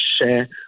share